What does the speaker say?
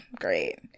great